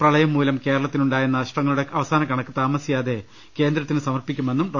പ്രളയം മൂലം കേരളത്തിനുണ്ടായ നഷ്ടങ്ങളുടെ അവസാനകണക്ക് താമസിയാതെ കേന്ദ്രത്തിനു സമർപ്പി ക്കുമെന്നും ഡോ